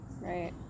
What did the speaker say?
right